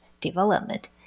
development